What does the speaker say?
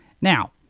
now